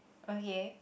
okay